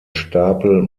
stapel